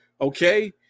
okay